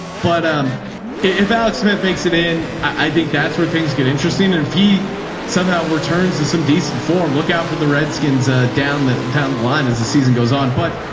but um if alex smith makes it in, i think that's where things get interesting. and if he somehow returns to some decent form, look out for the redskins ah down the down the line as the season goes on. but